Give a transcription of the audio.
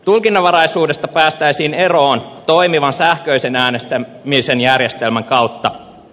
tulkinnanvaraisuudesta päästäisiin eroon toimivan sähköisen äänestämisen järjestelmän kautta